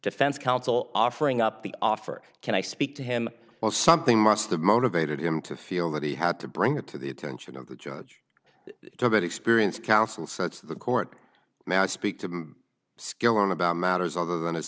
defense counsel offering up the offer can i speak to him well something must have motivated him to feel that he had to bring it to the attention of the judge so that experience council sets the court may i speak to skilling about matters other than his